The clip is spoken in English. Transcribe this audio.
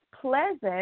pleasant